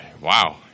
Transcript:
wow